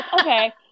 okay